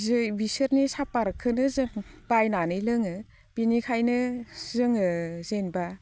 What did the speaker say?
बिसोरनि साहफाटखौनो जों बायनानै लोङो बेनिखायनो जोङो जेनेबा